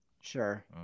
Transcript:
Sure